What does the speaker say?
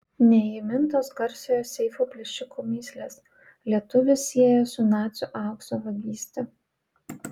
neįmintos garsiojo seifų plėšiko mįslės lietuvį sieja su nacių aukso vagyste